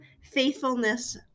faithfulness